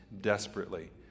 desperately